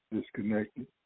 disconnected